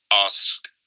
ask